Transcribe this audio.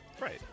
Right